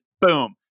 boom